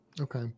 Okay